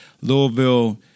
Louisville